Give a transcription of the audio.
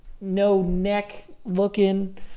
no-neck-looking